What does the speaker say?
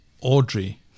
Audrey